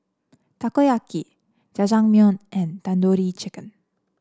Takoyaki Jajangmyeon and Tandoori Chicken